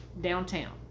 downtown